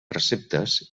receptes